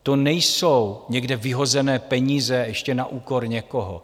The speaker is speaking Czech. To nejsou někde vyhozené peníze, a ještě na úkor někoho.